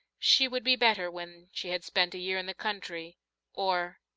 she would be better when she had spent a year in the country or,